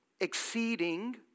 exceeding